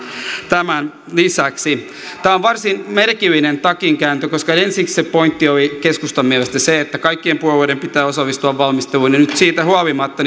tämän lisäksi tämä on varsin merkillinen takinkääntö koska ensiksi se pointti oli keskustan mielestä se että kaikkien puolueiden pitää osallistua valmisteluun ja nyt siitä huolimatta